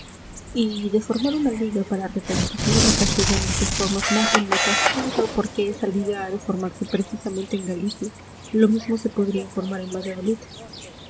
y de formar una liga para reconstituir el castellano en sus formas más remotas yo no veo por qué esa liga ha de formarse precisamente en galicia lo mismo se podría formar en valladolid